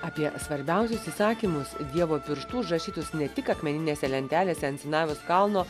apie svarbiausius įsakymus dievo pirštu užrašytus ne tik akmeninėse lentelėse ant sinajaus kalno